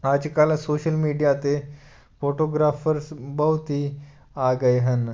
ਅੱਜ ਕੱਲ੍ਹ social media 'ਤੇ ਫੋਟੋਗ੍ਰਾਫਰਸ ਬਹੁਤ ਹੀ ਆ ਗਏ ਹਨ